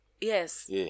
Yes